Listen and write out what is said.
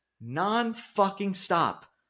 Non-fucking-stop